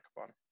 on